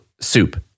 Soup